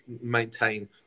maintain